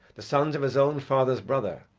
the sons of his own father's brother,